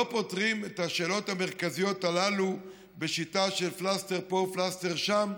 לא פותרים את השאלות המרכזיות הללו בשיטה של פלסטר פה ופלסטר שם.